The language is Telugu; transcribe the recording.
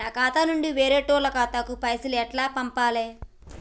నా ఖాతా నుంచి వేరేటోళ్ల ఖాతాకు పైసలు ఎట్ల పంపాలే?